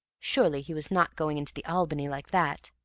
surely he was not going into the albany like that?